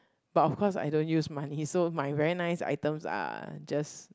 but of course I don't use money so my very nice items are just